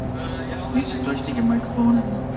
and um don't you take your microphone and?